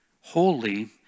Holy